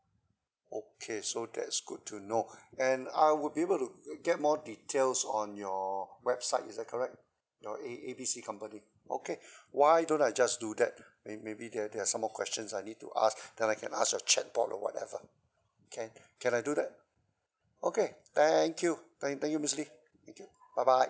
okay so that's good to know and I would able to get more details on your website is that correct your A A B C company okay why don't I just do that maybe maybe there there are some more questions I need to ask then I can ask a chat bot or whatever can can I do that okay thank you thank thank you miss lily thank you bye bye